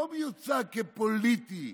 לא מיוצג פוליטית,